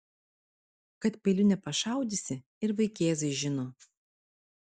kad peiliu nepašaudysi ir vaikėzai žino